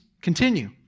continue